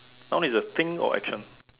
noun is a thing or action